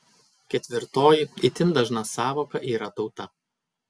ketvirtoji itin dažna sąvoka yra tauta